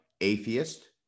atheist